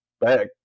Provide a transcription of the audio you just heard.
back